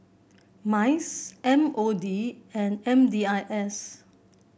MICE M O D and M D I S